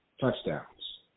touchdowns